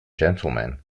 gentlemen